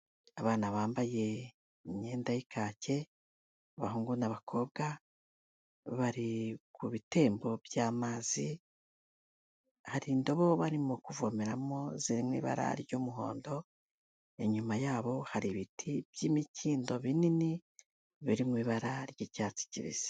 Abana bambaye imyenda y'ikake, abahungu n'abakobwa, bari ku bitembo by'amazi, hari, indobo barimo kuvomeramo ziri mu ibara ry'umuhondo, inyuma yabo hari ibiti by'imikindo binini biri mu ibara ry'icyatsi kibisi.